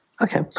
Okay